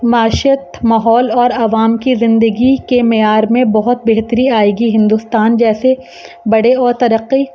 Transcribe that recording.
معیشت ماحول اور عوام کی زندگی کے معیار میں بہت بہتری آئے گی ہندوستان جیسے بڑے اور ترقی